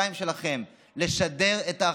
השפתיים שלכם ולשדר אחדות.